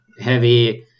heavy